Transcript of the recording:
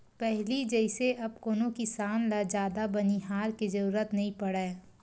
पहिली जइसे अब कोनो किसान ल जादा बनिहार के जरुरत नइ पड़य